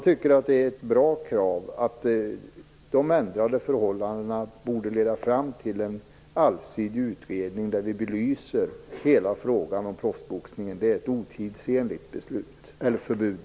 Det är ett bra krav att de ändrade förhållandena skall leda fram till en allsidig utredning där vi belyser hela frågan om proffsboxning. Det är ett otidsenligt förbud.